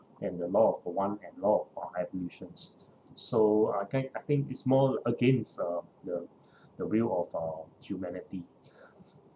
and the law of the one and law of uh evolutions so I ki~ I think it's more against uh the the will of uh humanity